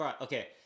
Okay